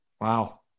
Wow